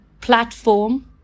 platform